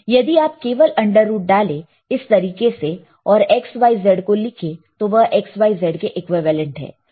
यदि आप केवल अंडर रूट डालें इस तरीके से और xyz को लिखें तो वह x yz के इक्विवेलेंट है